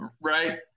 right